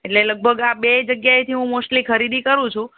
એટલે લગભગ આ બે જગ્યાએથી હું મોસ્ટલી ખરીદી કરું છું